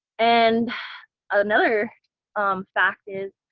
and another fact is,